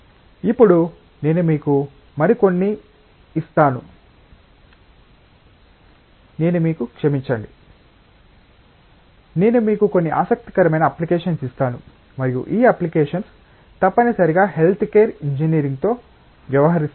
ఇప్పుడు నేను మీకు మరికొన్ని ఇస్తాను నేను మీకు క్షమించండి నేను మీకు కొన్ని ఆసక్తికరమైన అప్లికేషన్స్ ఇస్తాను మరియు ఈ అప్లికేషన్స్ తప్పనిసరిగా హెల్త్ కేర్ ఇంజనీరింగ్తో వ్యవహరిస్తాయి